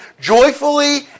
joyfully